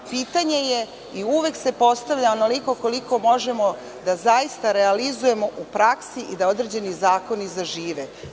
Pitanje je i uvek se postavlja onoliko koliko možemo da zaista realizujemo u praksi i da određeni zakoni zažive.